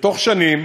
בתוך שנים